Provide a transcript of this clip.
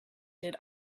did